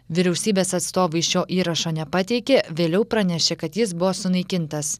vyriausybės atstovai šio įrašo nepateikė vėliau pranešė kad jis buvo sunaikintas